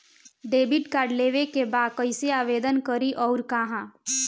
Debit card लेवे के बा कइसे आवेदन करी अउर कहाँ?